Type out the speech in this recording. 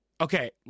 Okay